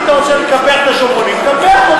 אם אתה רוצה לקפח את השומרונים, תקפח אותם.